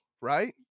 Right